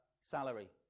salary